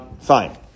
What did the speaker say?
Fine